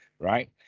right